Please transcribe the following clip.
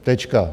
Tečka.